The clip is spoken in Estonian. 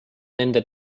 nende